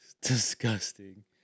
Disgusting